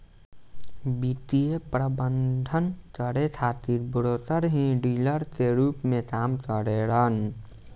वित्तीय प्रबंधन करे खातिर ब्रोकर ही डीलर के रूप में काम करेलन